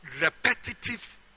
repetitive